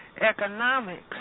economics